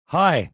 hi